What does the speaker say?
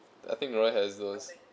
I think